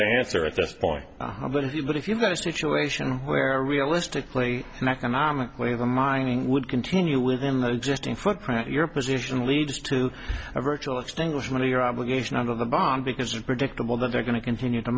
to answer at this point but if you've got a situation where realistically and economically the mining would continue within the existing footprint your position leads to a virtual extinguishment of your obligation on the bomb because of predictable that they're going to continue to